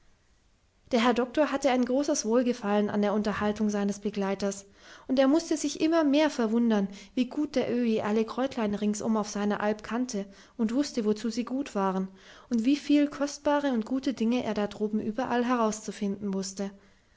der herr doktor hatte ein großes wohlgefallen an der unterhaltung seines begleiters und er mußte sich immer mehr verwundern wie gut der öhi alle kräutlein ringsherum auf seiner alp kannte und wußte wozu sie gut waren und wieviel kostbare und gute dinge er da droben überall herauszufinden wußte